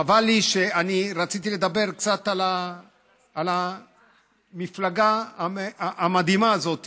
חבל לי, רציתי לדבר קצת על המפלגה המדהימה הזאת